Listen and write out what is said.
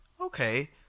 okay